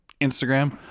Instagram